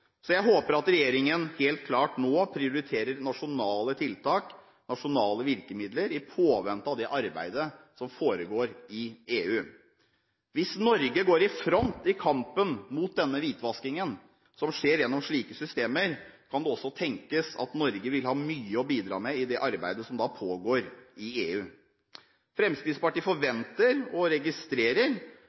Så jeg håper at regjeringen helt klart nå prioriterer nasjonale tiltak, nasjonale virkemidler, i påvente av det arbeidet som foregår i EU. Hvis Norge går i front i kampen mot denne hvitvaskingen som skjer gjennom slike systemer, kan det også tenkes at Norge vil ha mye å bidra med i det arbeidet som pågår i EU. Fremskrittspartiet forventer – og registrerer,